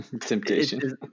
temptation